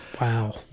Wow